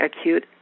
acute